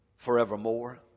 forevermore